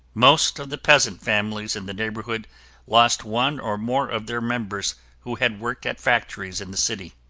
most of the peasant families in the neighborhood lost one or more of their members who had worked at factories in the city.